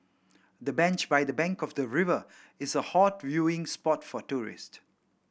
the bench by the bank of the river is a hot viewing spot for tourist